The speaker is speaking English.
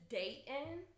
dating